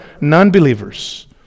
non-believers